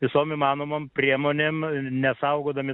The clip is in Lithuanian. visom įmanomom priemonėm nesaugodami